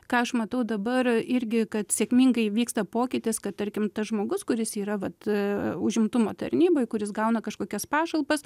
ką aš matau dabar irgi kad sėkmingai vyksta pokytis kad tarkim tas žmogus kuris yra vat užimtumo tarnyboj kur jis gauna kažkokias pašalpas